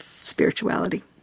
spirituality